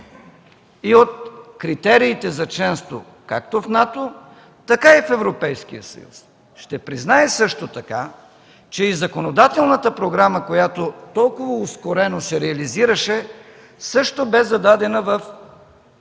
и от критериите за членство – както в НАТО, така и в Европейския съюз. Ще призная също така, че и законодателната програма, която толкова ускорено се реализираше, също бе зададена в изискванията